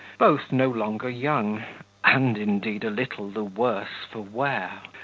both no longer young and indeed a little the worse for wear,